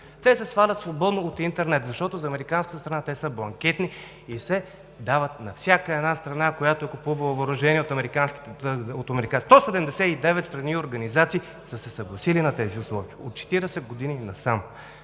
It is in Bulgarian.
Те се свалят свободно от интернет, защото за американската страна те са бланкетни и се дават на всяка една страна, която купува въоръжение от американците. Сто седемдесет и девет страни и организации са се съгласили на тези условия от 40 години насам.